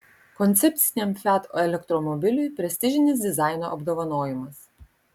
koncepciniam fiat elektromobiliui prestižinis dizaino apdovanojimas